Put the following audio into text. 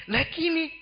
Lakini